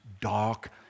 dark